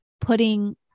putting